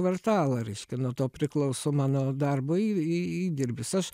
kvartalą reiškia nuo to priklauso mano darbo į į įdirbis aš